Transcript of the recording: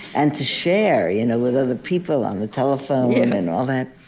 and to share you know with other people on the telephone and all that.